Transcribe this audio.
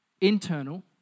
internal